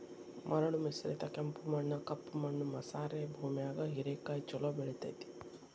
ಮರಳು ಮಿಶ್ರಿತ ಕೆಂಪು ಮಣ್ಣ, ಕಪ್ಪು ಮಣ್ಣು ಮಸಾರೆ ಭೂಮ್ಯಾಗು ಹೇರೆಕಾಯಿ ಚೊಲೋ ಬೆಳೆತೇತಿ